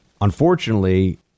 unfortunately